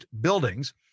buildings